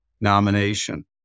nomination